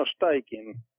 mistaken